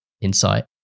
insight